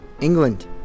England